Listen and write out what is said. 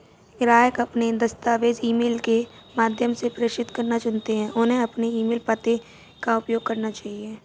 ग्राहक अपने दस्तावेज़ ईमेल के माध्यम से प्रेषित करना चुनते है, उन्हें अपने ईमेल पते का उपयोग करना चाहिए